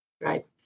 Right